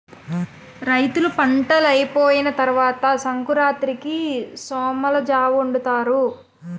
రైతులు పంటలైపోయిన తరవాత సంకురాతిరికి సొమ్మలజావొండుతారు